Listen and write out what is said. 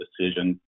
decision